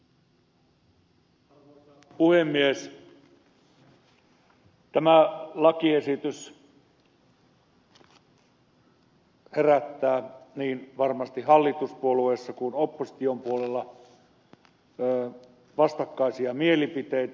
tämä lakiesitys herättää varmasti niin hallituspuolueissa kuin opposition puolella vastakkaisia mielipiteitä